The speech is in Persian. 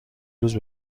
روز